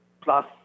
plus